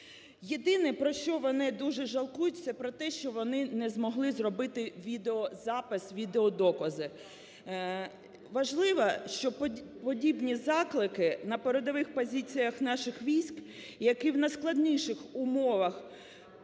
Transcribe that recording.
Єдине, про що вони дуже жалкують, це про те, що вони не змогли зробити відеозапис, відеодокази. Важливо, що побідні заклики на передових позиціях наших військ, які в найскладніших умовах